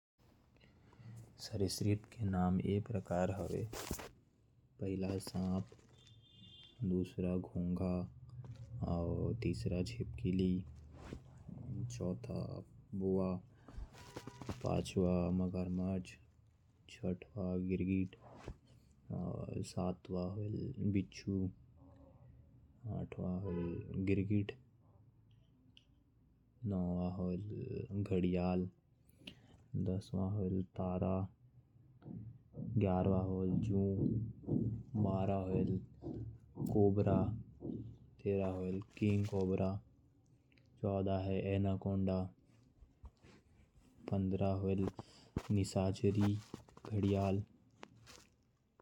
पहला सांप, दूसरा घोंघा, तीसर घड़ियाल, गिरगिट। कोबरा, एनाकोंडा, बिच्छू, बोआ।